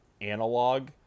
analog